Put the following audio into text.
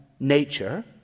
nature